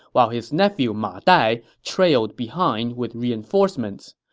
while his nephew ma dai trailed behind with reinforcements.